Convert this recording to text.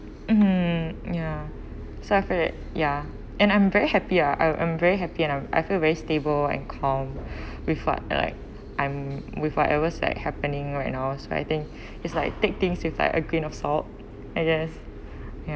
mmhmm ya so I feel that ya and I'm very happy ah I I'm very happy and um I feel very stable and calm with uh like I'm with whatever's like happening right now so I think is like take things with like a grain of salt yes